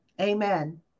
Amen